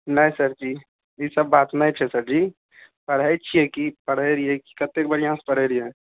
नहि सर जी ई सब बात नहि छै सर जी पढ़ै छियै की पढ़ै रही कतैक बढ़िआँसँ पढ़ै रहियै